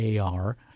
AR